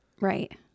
Right